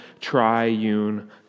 triune